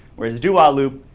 whereas do-while loop,